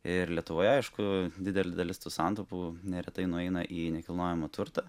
ir lietuvoje aišku didelė dalis tų santaupų neretai nueina į nekilnojamą turtą